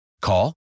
Call